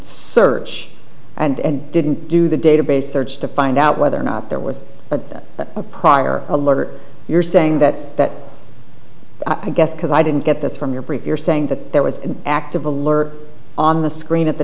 search and didn't do the database search to find out whether or not there was a prior alert you're saying that that i guess because i didn't get this from your bring your saying that there was active alert on the screen at the